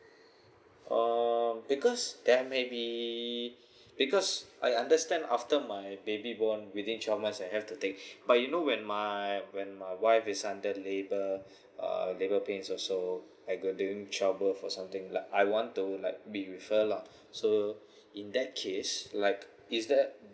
um because there may be because I understand after my baby born within twelve months I have to take but you know when my when my wife is under labour uh labour pain and things or so during childbirth or something like I want to like be with her lah so in that case like is that